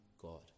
God